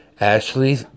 Ashley